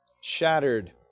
shattered